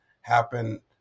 happen